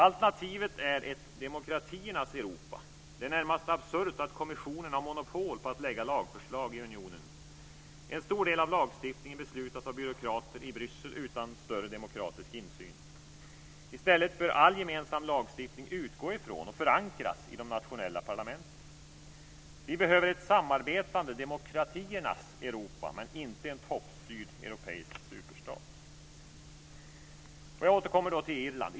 Alternativet är ett demokratiernas Europa. Det är närmast absurt att kommissionen har monopol på att lägga fram lagförslag i unionen. En stor del av lagstiftningen beslutas av byråkrater i Bryssel utan större demokratisk insyn. I stället bör all gemensam lagstiftning utgå från, och förankras i, de nationella parlamenten. Vi behöver ett samarbetande demokratiernas Europa, inte en toppstyrd europeisk superstat. Jag återkommer till Irland.